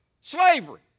slavery